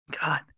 God